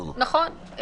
נכון.